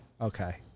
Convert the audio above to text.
Okay